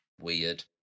weird